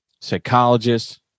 psychologists